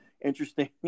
interesting